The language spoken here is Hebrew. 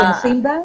תומכים בה,